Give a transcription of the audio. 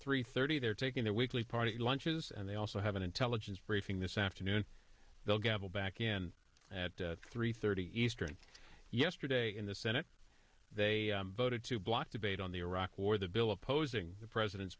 three thirty they're taking their weekly party lunches and they also have an intelligence briefing this afternoon they'll gavel back in at three thirty eastern yesterday in the senate they voted to block debate on the iraq war the bill opposing the president's